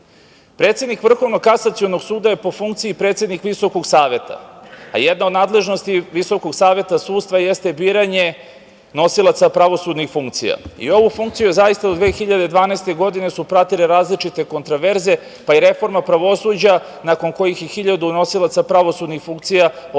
slučaj. Predsednik Vrhovnog kasacionog suda je po funkciji predsednik Visokog saveta, a jedna od nadležnosti VSS jeste biranje nosilaca pravosudnih funkcija. Ovu funkciju zaista do 2012. godine su pratile različite kontroverze, pa i reforma pravosuđa nakon kojih je 1.000 nosilaca pravosudnih funkcija ostalo